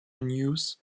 news